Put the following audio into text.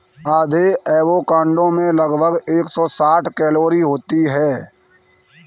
आधे एवोकाडो में लगभग एक सौ साठ कैलोरी होती है